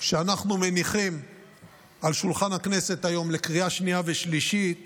שאנחנו מניחים על שולחן הכנסת היום לקריאה שנייה ושלישית